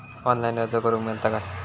Online अर्ज करूक मेलता काय?